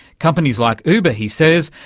companies like uber, he says,